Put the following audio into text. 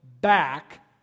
back